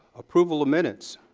approval of minutes.